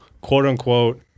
quote-unquote